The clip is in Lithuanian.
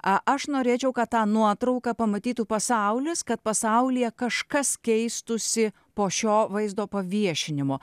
aš norėčiau kad tą nuotrauką pamatytų pasaulis kad pasaulyje kažkas keistųsi po šio vaizdo paviešinimo